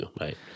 right